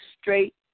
straight